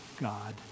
God